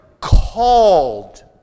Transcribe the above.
called